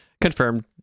confirmed